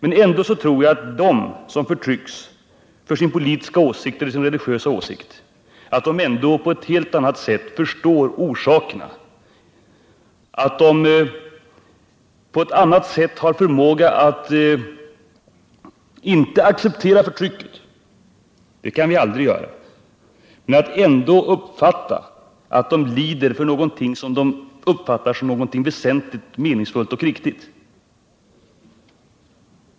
Men ändå tror jag att de som förtrycks för sin politiska eller sin religiösa åsikts skull ändå på ett något annat sätt förstår orsaken, att de på ett annat sätt har förmåga inte att acceptera förtrycket — det kan vi aldrig göra — men att ändå uppfatta att de lider för någonting som de betraktar som väsentligt, meningsfullt och riktigt.